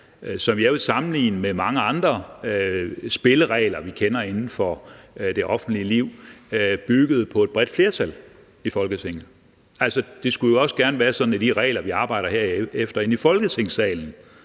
jeg vil sammenligne med mange andre spilleregler, vi kender inden for det offentlige liv, byggede på et bredt flertal her i Folketinget. Det skulle jo også gerne være sådan, at de regler, vi arbejder efter herinde i Folketingssalen